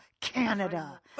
Canada